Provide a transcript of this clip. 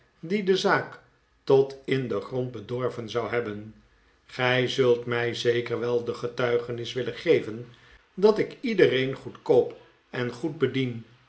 die de zaak tot in den grond bedorven zou hebben gij zult mij zeker wel de getuigenis willen geven dat ik iedereen goedkoop en goed bedien